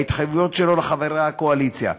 בהתחייבויות שלו לחברי הקואליציה,